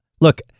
Look